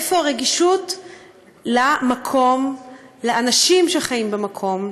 איפה הרגישות למקום, לאנשים שחיים במקום?